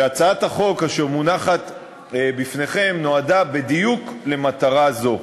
והצעת החוק אשר מונחת בפניכם נועדה בדיוק למטרה זו.